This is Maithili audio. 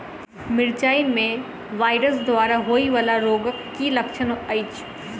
मिरचाई मे वायरस द्वारा होइ वला रोगक की लक्षण अछि?